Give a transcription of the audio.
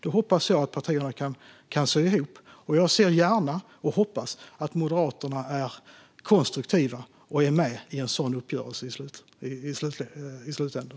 Det hoppas jag att partierna kan sy ihop. Jag ser gärna och hoppas att Moderaterna är konstruktiva och är med i en sådan uppgörelse i slutändan.